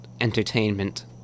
entertainment